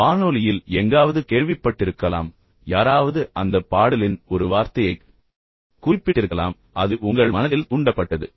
அல்லது வானொலியில் எங்காவது கேள்விப்பட்டிருக்கலாம் அல்லது யாராவது அந்தப் பாடலின் ஒரு வார்த்தையைக் குறிப்பிட்டிருக்கலாம் மற்றும் பின்னர் அது உங்கள் மனதில் தூண்டப்பட்டது